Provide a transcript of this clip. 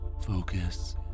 Focus